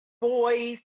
boys